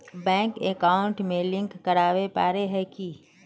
Bank account में लिंक करावेल पारे है की?